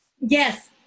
Yes